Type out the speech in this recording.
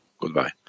goodbye